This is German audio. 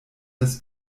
des